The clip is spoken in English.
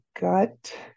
gut